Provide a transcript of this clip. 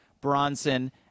Bronson